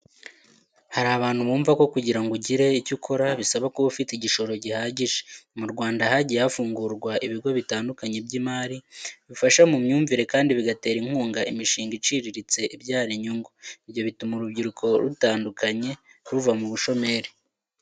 Hari abantu bumvako kugira ngo ugire icyo ukora, bisaba kuba ufite igishoro gihagije. Mu Rwanda hagiye hafungurwa ibigo bitandukanye by'imari bifasha mu myumvire kandi bigatera inkunga imishinga iciriritse ibyara inyungu. Ibyo bituma urubyiruko rutandukanye ruva mu bushomeri.